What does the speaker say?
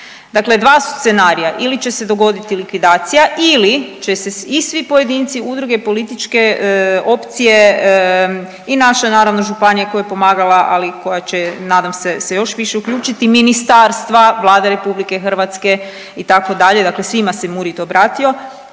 Dakle dva su scenarija, ili će se dogoditi likvidacija ili će se i svi pojedinci, udruge, političke opcije i naša naravno županija koja je pomagala, ali koja će nadam se, se još više se uključiti, ministarstva, Vlada RH itd., dakle svima se MURID obratio,